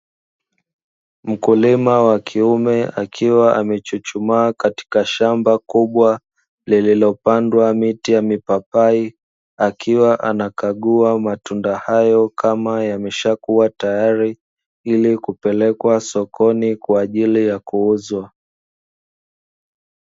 Mkulima wa kiume akiwa amechuchumaa katika shamba kubwa lililopandwa miti ya mipapai, akiwa anakagua matunda hayo kama yamekuwa tayari ili kupeleka sokoni kwa ajili ya kuuza.